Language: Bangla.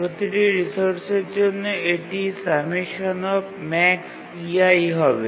প্রতিটি রিসোর্সের জন্য এটি ∑max হবে